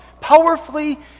powerfully